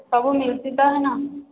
ସବୁ ମିଳ୍ଛି ତ ଏନ